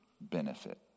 benefit